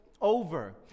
over